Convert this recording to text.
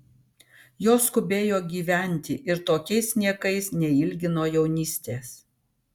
jos skubėjo gyventi ir tokiais niekais neilgino jaunystės